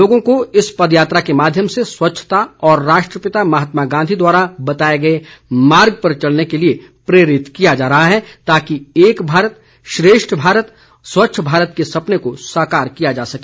लोगों को इस पदयात्रा के माध्यम से स्वच्छता और राष्ट्रपिता महात्मा गांधी द्वारा बताए गए मार्ग पर चलने के लिए प्रेरित किया जा रहा है ताकि एक भारत श्रेष्ठ भारत स्वच्छ भारत के सपने को साकार किया जा सके